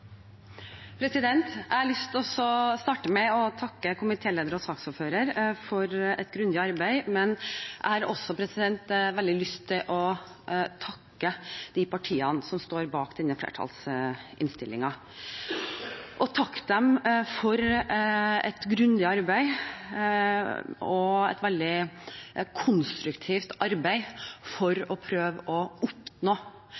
har lyst til å starte med å takke komitélederen og saksordføreren for et grundig arbeid. Jeg har også veldig lyst til å takke partiene som står bak denne flertallsinnstillingen, for et grundig og veldig konstruktivt arbeid for